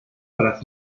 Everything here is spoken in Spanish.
para